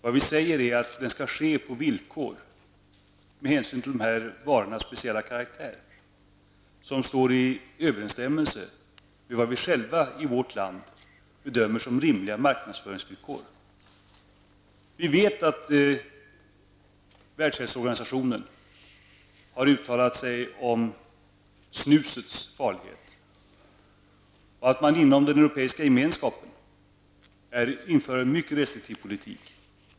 Det vi säger är att den skall ske på villkor med hänsyn till dessa varors speciella karaktär som står i överensstämmelse med vad vi själva i vårt land bedömer som rimliga marknadsföringsvillkor. Vi vet att Världshälsoorganisationen har uttalat sig om snusets farlighet och att man inom den europeiska gemenskapen inför en mycket restriktiv politik.